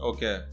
Okay